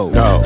no